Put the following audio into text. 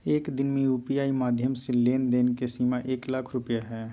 एक दिन में यू.पी.आई माध्यम से लेन देन के सीमा एक लाख रुपया हय